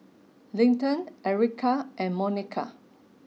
Linton Ericka and Monika